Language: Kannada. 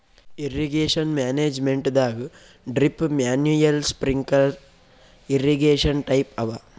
ಇರ್ರೀಗೇಷನ್ ಮ್ಯಾನೇಜ್ಮೆಂಟದಾಗ್ drip manual sprinkler irrigation type ಅವ